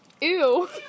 Ew